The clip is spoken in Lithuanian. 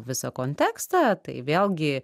visą kontekstą tai vėlgi